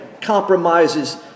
compromises